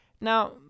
Now